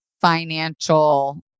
financial